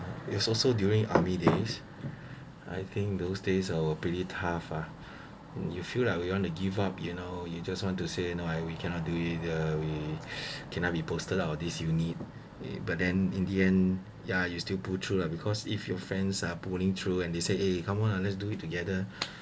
it also during army days I think those days are pretty tough ah you feel like you you want to give up you know you just want to say no we cannot do it uh we cannot be posted out of this unit but then in the end ya you still pull through lah because if your friends are pulling through and they say eh come on let's do it together